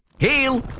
hail